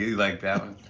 liked that one?